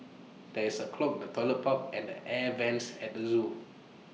there is A clog in the Toilet Pipe and the air Vents at the Zoo